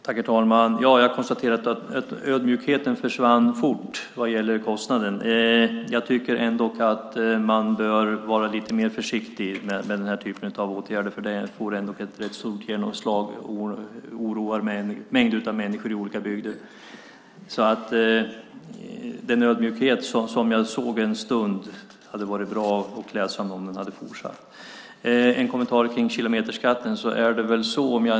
Fru talman! Jag konstaterar att Helena Leanders ödmjukhet vad gäller kostnaden försvann fort. Jag tycker att man bör vara lite mer försiktig med den här typen av åtgärder eftersom det får ett stort genomslag och oroar mängder av människor i olika bygder. Det hade varit bra och klädsamt om den ödmjukhet jag såg en kort stund hade hållit i sig.